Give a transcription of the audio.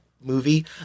movie